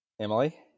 Emily